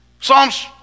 Psalms